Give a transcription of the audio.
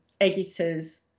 editors